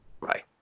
Bye